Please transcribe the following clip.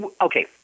okay